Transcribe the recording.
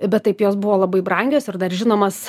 bet taip jos buvo labai brangios ir dar žinomas